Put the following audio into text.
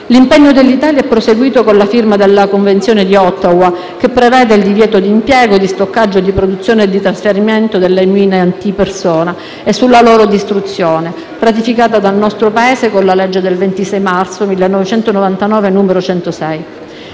L'impegno dell'Italia è proseguito con la firma della Convenzione di Ottawa, che prevede il divieto d'impiego, di stoccaggio, di produzione e di trasferimento delle mine antipersona e la loro distruzione, ratificata dal nostro Paese con la legge del 26 marzo 1999, n. 106.